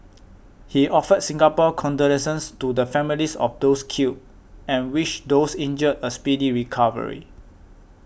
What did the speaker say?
he offered Singapore's condolences to the families of those killed and wished those injured a speedy recovery